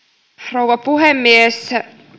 rouva puhemies